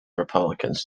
republicans